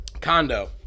Condo